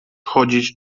chodzić